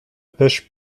pêche